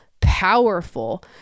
powerful